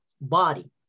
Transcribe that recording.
body